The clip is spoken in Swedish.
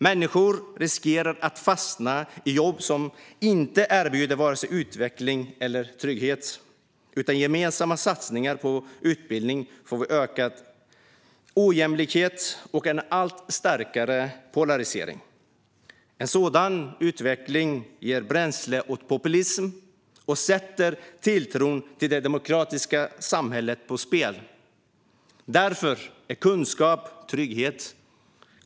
Människor riskerar att fastna i jobb som inte erbjuder vare sig utveckling eller trygghet. Utan gemensamma satsningar på utbildning får vi ökad ojämlikhet och en allt starkare polarisering. En sådan utveckling ger bränsle åt populism och sätter tilltron till det demokratiska samhället på spel. Därför är kunskap trygghet.